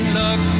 look